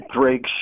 Drake